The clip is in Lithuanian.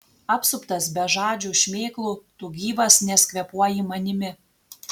apsuptas bežadžių šmėklų tu gyvas nes kvėpuoji manimi